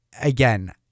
again